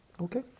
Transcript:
Okay